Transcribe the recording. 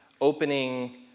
opening